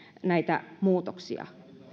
näitä muutoksia